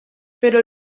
però